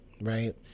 right